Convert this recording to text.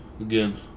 again